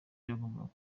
yagombaga